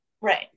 Right